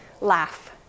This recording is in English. laugh